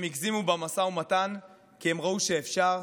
הם הגזימו במשא ומתן כי הם ראו שאפשר,